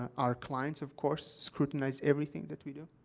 our clients, of course, scrutinize everything that we do,